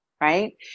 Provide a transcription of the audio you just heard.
right